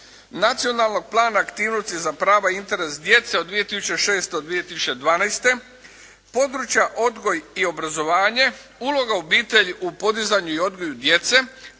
Nacionalnog plana aktivnosti za prava i interes djece od 2006. do 2012., područja odgoj i obrazovanje, uloga obitelji u podizanju i odgoju djece,